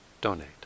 donate